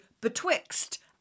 betwixt